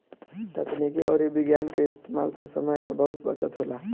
तकनीक अउरी विज्ञान के इस्तेमाल से समय के बहुत बचत होला